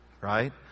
Right